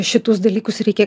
šituos dalykus reikia